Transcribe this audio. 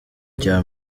cya